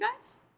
guys